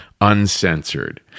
Uncensored